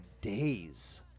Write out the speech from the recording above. days